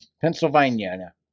Pennsylvania